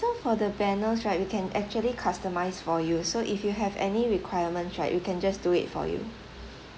so for the banners right we can actually customise for you so if you have any requirements right we can just do it for you